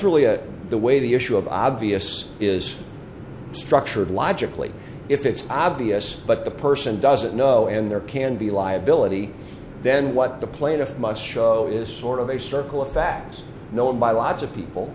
really the way the issue of obvious is structured logically if it's obvious but the person doesn't know and there can be liability then what the plaintiff must show is sort of a circle of facts known by lots of people